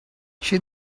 she